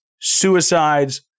suicides